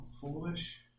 foolish